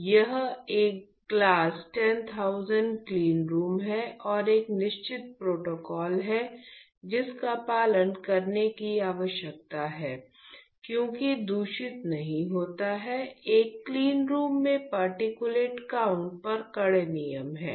यह एक class 10000 cleanroom है और एक निश्चित प्रोटोकॉल है जिसका पालन करने की आवश्यकता है क्योंकि दूषित नहीं होता हैं एक क्लीनरूम में पार्टिकुलेट काउंट पर कड़े नियम हैं